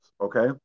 okay